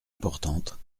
importantes